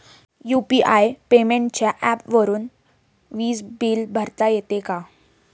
UPI पेमेंटच्या ऍपवरुन वीज बिल भरता येते का?